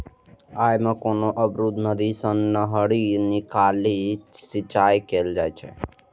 अय मे कोनो अवरुद्ध नदी सं नहरि निकालि सिंचाइ कैल जाइ छै